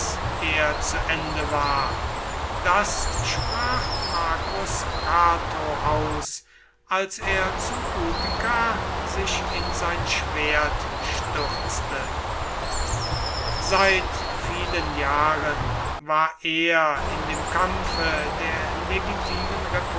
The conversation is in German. er zu ende war das sprach marcus cato aus als er zu utica sich in sein schwert stürzte seit vielen jahren war er in dem kampfe der legitimen